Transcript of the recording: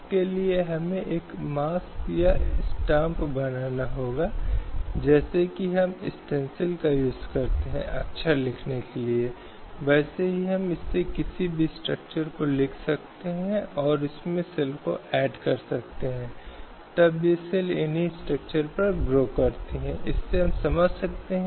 इसलिए यदि वर्गीकरण केवल उदाहरण के लिए किया जाता है या एक जो बालों के रंग पर एक लोकप्रिय उदाहरण है जिसे काले बालों वाले और भूरे बालों वाले लोगों के मनमाने वर्गीकरण के अधिक लिया जाएगा जो वर्गीकरण के आधार नहीं हो सकते